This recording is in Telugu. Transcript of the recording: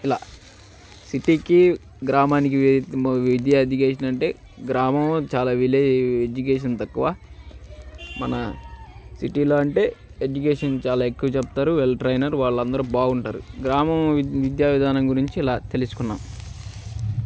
ఇలా సిటీకి గ్రామానికి విద్యా ఎడ్యుకేషన్ అంటే గ్రామం చాలా విలేజ్ ఎడ్యుకేషన్ తక్కువ మన సిటీలో అంటే ఎడ్యుకేషన్ చాలా ఎక్కువ చెప్తారు వెల్ ట్రైన్డ్ వాళ్ళు అందరు బాగుంటారు గ్రామం విద్యా విధానం గురించి ఇలా తెలుసుకున్నాం